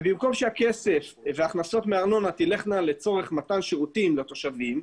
במקום שההכנסות מארנונה יגיעו למתן שירותים לתושבים,